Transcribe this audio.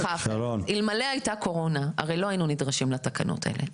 אלמלא הייתה קורונה, לא היינו נדרשים לתקנות האלה.